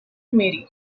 mary